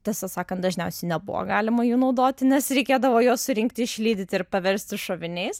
tiesą sakant dažniausiai nebuvo galima jų naudoti nes reikėdavo juos surinkti išlydyti ir paversti šoviniais